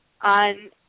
on